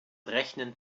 rechnen